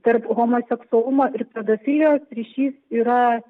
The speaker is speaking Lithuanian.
tarp homoseksualumo ir pedofilijos ryšys yra